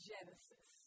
Genesis